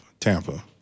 Tampa